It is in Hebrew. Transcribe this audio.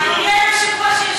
גדול, אדוני היושב-ראש, גדול.